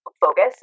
focus